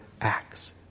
acts